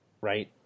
Right